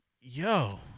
yo